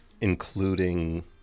including